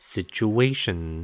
Situation